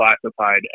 classified